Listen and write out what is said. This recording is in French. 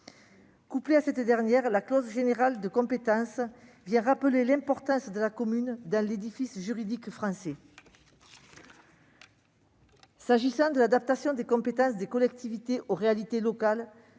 Couplée à cette mesure, la clause générale de compétence vient rappeler l'importance de la commune dans l'édifice juridique français. S'agissant de l'adaptation des compétences des collectivités aux réalités locales,